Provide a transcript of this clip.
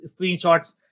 screenshots